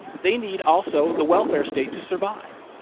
they need also the welfare state to survive.